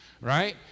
right